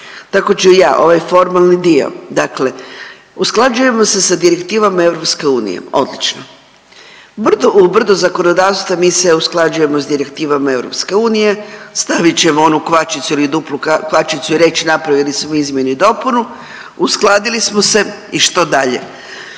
Tako ću i ja, ovaj formalni dio dakle usklađujemo se sa direktivama EU odlično. U brdu zakonodavstva mi se usklađujemo sa direktivama EU, stavit ćemo onu kvačicu ili duplu kvačicu i reći napravili smo izmjenu i dopunu, uskladili smo se i što dalje.